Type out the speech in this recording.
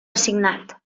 assignat